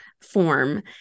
form